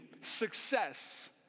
success